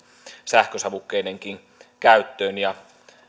sähkösavukkeidenkin käyttöön